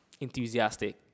enthusiastic